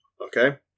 Okay